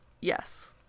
yes